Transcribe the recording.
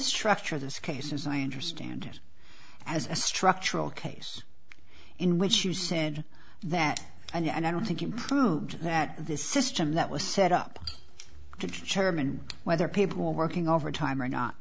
structure this case in science or stand as a structural case in which you said that and i don't think improved that the system that was set up to determine whether people working overtime or not